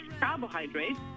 carbohydrates